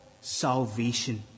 salvation